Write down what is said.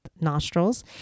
nostrils